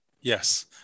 Yes